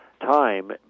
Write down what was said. time